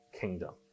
kingdom